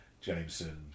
Jameson